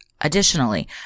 Additionally